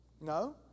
no